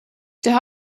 der